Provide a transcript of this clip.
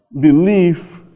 belief